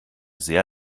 sehr